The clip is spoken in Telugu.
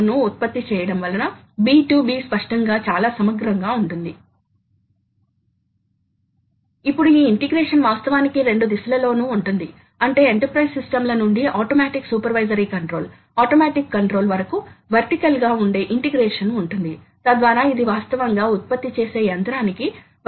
కార్యాచరణ లక్షణాలు ఇది ఎలా పనిచేస్తుందో మరియు ప్రోగ్రాం ల యొక్క ప్రాథమిక నిర్మాణాన్ని మనం చూశాము కాబట్టి మనం బ్లాక్ల యొక్క ప్రాథమిక రూపాన్ని గమనించాము మరియు డ్రైవ్ అవసరాలు కుదురు మరియు ఫీడ్ డ్రైవ్ ల కోసం సాధారణ డ్రైవ్ అవసరాలను గమనించాము